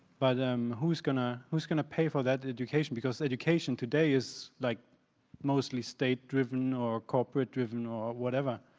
but who's going ah who's going to pay for that education? because education today is like mostly state driven, or corporate driven or whatever.